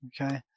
Okay